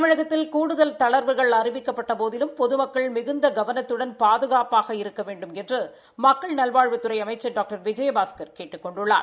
தமிழகத்தில் கூடுதல் தளா்வுகள் அறிவிக்கப்பட்டபோதிலும் பொதுமக்கள் மிகுந்த கவனத்துடன் பாதுகாப்பாக இருக்க வேண்டுமென்று மக்கள் நல்வாழ்வுத்துறை அமைச்ச் டாக்டர் விஜயபாஸ்கள் கேட்டுக் கொண்டுள்ளார்